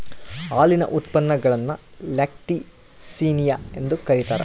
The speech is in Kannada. ಹಾಲಿನ ಉತ್ಪನ್ನಗುಳ್ನ ಲ್ಯಾಕ್ಟಿಸಿನಿಯ ಎಂದು ಕರೀತಾರ